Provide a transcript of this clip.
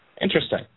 Interesting